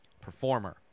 performer